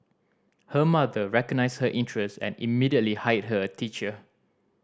her mother recognised her interest and immediately hired her a teacher